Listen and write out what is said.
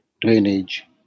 drainage